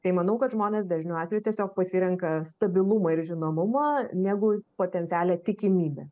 tai manau kad žmonės dažnu atveju tiesiog pasirenka stabilumą ir žinomumą negu potencialią tikimybę